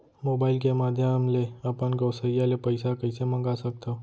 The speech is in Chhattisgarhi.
मोबाइल के माधयम ले अपन गोसैय्या ले पइसा कइसे मंगा सकथव?